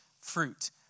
fruit